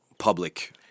Public